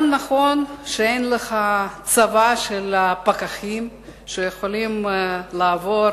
גם נכון שאין לך צבא של פקחים שיכולים לעבור